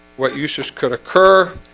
what uses could occur?